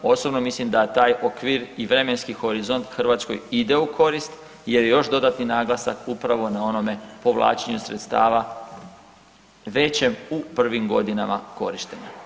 Osobno mislim da taj okvir i vremenski horizont Hrvatskoj ide u korist jer je još dodatni naglasak upravo na onome povlačenju sredstava većem u prvim godinama korištenja.